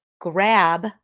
grab